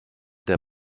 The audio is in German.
der